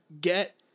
get